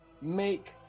make